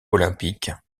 olympique